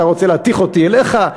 אתה רוצה להתיך אותי אליך?